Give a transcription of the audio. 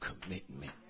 commitment